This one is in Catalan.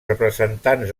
representants